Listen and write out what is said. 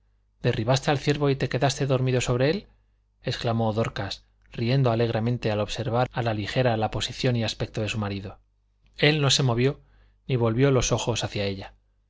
derribaste al ciervo y te quedaste dormido sobre él exclamó dorcas riendo alegremente al observar a la ligera la posición y aspecto de su marido él no se movió ni volvió los ojos hacia ella